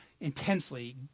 intensely